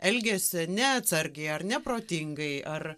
elgiasi neatsargiai ar neprotingai ar